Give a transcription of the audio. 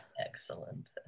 excellent